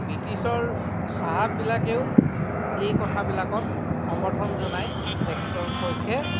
ব্ৰিটিছৰ চাহাববিলাকেও এই কথাবিলাকত সমৰ্থন জনাই তেখেতৰ পক্ষে